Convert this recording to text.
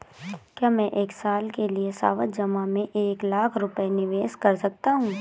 क्या मैं एक साल के लिए सावधि जमा में एक लाख रुपये निवेश कर सकता हूँ?